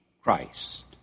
Christ